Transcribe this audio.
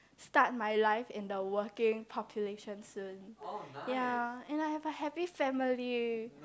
start my life in the working population soon ya and I've a happy family